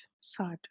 sad